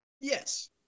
Yes